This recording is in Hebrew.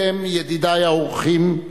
אתם, ידידי האורחים,